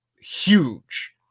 huge